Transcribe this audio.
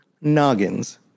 noggins